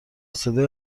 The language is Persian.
صدای